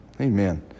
Amen